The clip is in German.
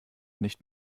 nicht